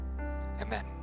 Amen